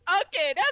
Okay